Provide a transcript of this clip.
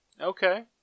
Okay